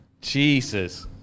Jesus